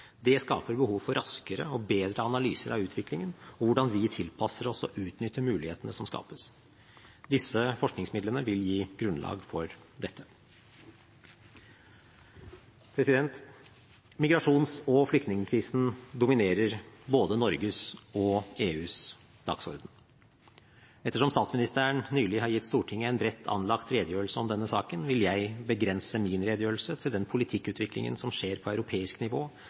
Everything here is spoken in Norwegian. Det skaper behov for raskere og bedre analyser av utviklingen og hvordan vi tilpasser oss og utnytter mulighetene som skapes. Disse forskningsmidlene vil gi grunnlag for dette. Migrasjons- og flyktningkrisen dominerer både Norges og EUs dagsorden. Ettersom statsministeren nylig har gitt Stortinget en bredt anlagt redegjørelse om denne saken, vil jeg begrense min redegjørelse til den politikkutviklingen som skjer på europeisk nivå